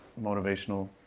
motivational